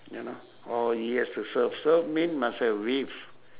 ya lah or he has to surf surf mean must have wave